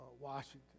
Washington